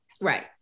Right